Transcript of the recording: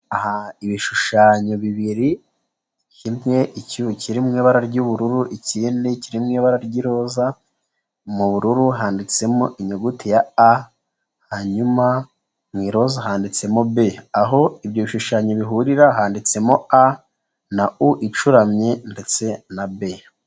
Aha ibishushanyo bibiri, kimwe kiri mu ibara ry'ubururu kiri mu ibara ry'roza, mu bururu handitsemo inyuguti ya a, hanyuma mu iroza handitsemo be. Aho ibyo bishushanyo bihurira handitsemo a na u icuramye ndetse na be.